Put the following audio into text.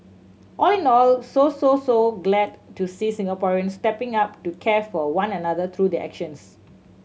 all in all so so so glad to see Singaporeans stepping up to care for one another through their actions